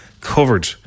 covered